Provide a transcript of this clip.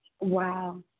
Wow